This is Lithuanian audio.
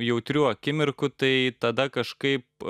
jautrių akimirkų tai tada kažkaip